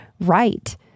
right